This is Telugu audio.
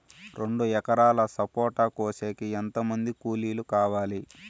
రెండు ఎకరాలు సపోట కోసేకి ఎంత మంది కూలీలు కావాలి?